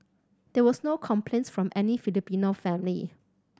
there was no complaint from any Filipino family